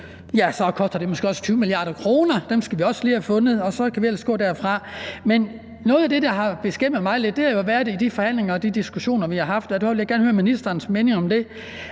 og så koster det måske også 20 mia. kr. Dem skal vi også lige have fundet, og så kan vi ellers gå derfra. Noget af det, der har beskæmmet mig lidt, har været noget i de forhandlinger og diskussioner, vi har haft, og det vil jeg gerne høre ministerens mening om.